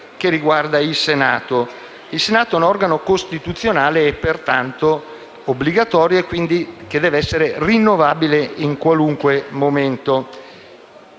Il Senato è un organo costituzionale e, pertanto, obbligatorio. Deve essere quindi rinnovabile in qualunque momento.